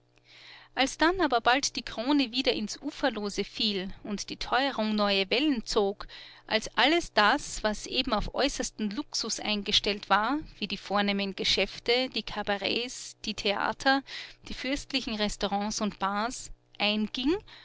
als dann aber bald die krone wieder ins uferlose fiel und die teuerung neue wellen zog als alles das was eben auf äußersten luxus eingestellt war wie die vornehmen geschäfte die kabaretts die theater die fürstlichen restaurants und bars einging